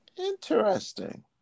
interesting